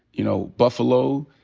you know, buffalo,